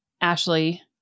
Ashley